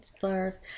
flowers